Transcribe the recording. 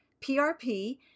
PRP